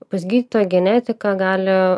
pas gydytoją genetiką gali